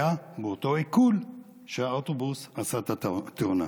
זה היה באותו עיקול שבו האוטובוס עשה את התאונה.